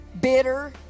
BITTER